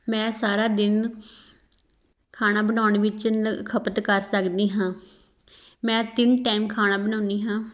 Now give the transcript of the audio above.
ਮੈਂ ਸਾਰਾ ਦਿਨ ਖਾਣਾ ਬਣਾਉਣ ਵਿੱਚ ਨ ਖਪਤ ਕਰ ਸਕਦੀ ਹਾਂ ਮੈਂ ਤਿੰਨ ਟਾਈਮ ਖਾਣਾ ਬਣਾਉਂਦੀ ਹਾਂ